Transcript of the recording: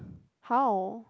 how